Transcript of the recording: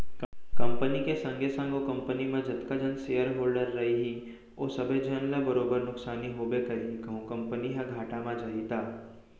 company के संगे संग ओ कंपनी म जतका झन सेयर होल्डर रइही ओ सबे झन ल बरोबर नुकसानी होबे करही कहूं कंपनी ह घाटा म जाही त